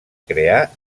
crear